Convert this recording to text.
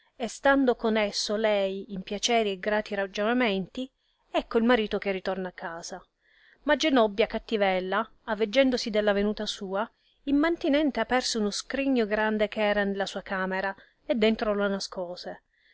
e stando con esso lei in piaceri e grati ragionamenti ecco il marito che ritorna a casa ma genobbia cattivella aveggendosi della venuta sua immantinente aperse un scrigno grande che era nella sua camera e dentro lo nascose